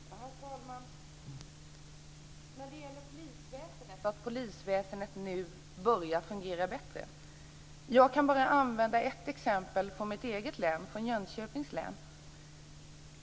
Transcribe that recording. Herr talman! När det gäller att polisväsendet nu börjar fungera bättre kan jag använda bara ett exempel från mitt eget län, Jönköpings län.